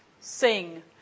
Sing